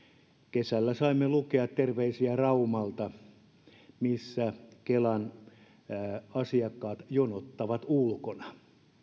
kesällä saimme lukea terveisiä raumalta missä kelan asiakkaat jonottavat ulkona